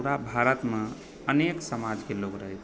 पूरा भारतमे अनेक समाजके लोग रहै छथि